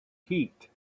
heat